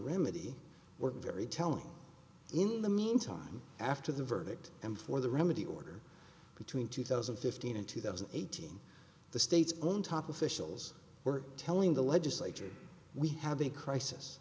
remedy were very telling in the meantime after the verdict and for the remedy order between two thousand and fifteen and two thousand and eighteen the state's own top officials were telling the legislature we have a crisis